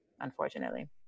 unfortunately